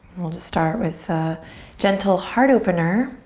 we'll just start with a gentle heart opener.